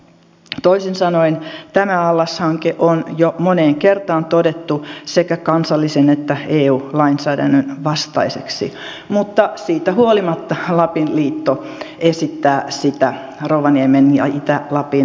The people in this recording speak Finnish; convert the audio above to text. toisin sanoen tämä allashanke on jo moneen kertaan todettu sekä kansallisen että eu lainsäädännön vastaiseksi mutta siitä huolimatta lapin liitto esittää sitä rovaniemen ja itä lapin maakuntakaavaan